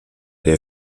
der